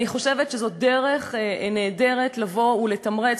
אני חושבת שזאת דרך נהדרת לבוא ולתמרץ,